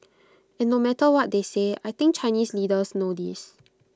and no matter what they may say I think Chinese leaders know this